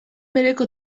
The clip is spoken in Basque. bereko